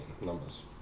numbers